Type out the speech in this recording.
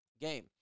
game